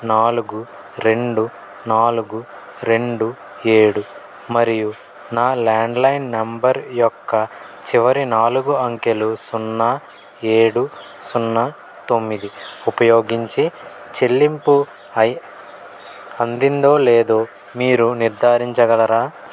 నాలుగు రెండు నాలుగు రెండు ఏడు మరియు నా ల్యాండ్లైన్ నంబర్ యొక్క చివరి నాలుగు అంకెలు సున్నా ఏడు సున్నా తొమ్మిది ఉపయోగించి చెల్లింపు అందిందో లేదో మీరు నిర్ధారించగలరా